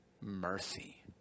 mercy